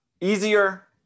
easier